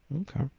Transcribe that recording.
Okay